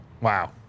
wow